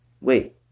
wait